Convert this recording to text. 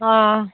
ꯑꯥ